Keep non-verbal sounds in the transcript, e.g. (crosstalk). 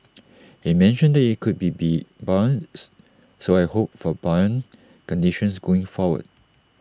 he mentioned that IT could be be buoyant (unintelligible) so I hope for buoyant conditions going forward